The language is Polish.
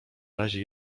razie